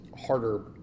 harder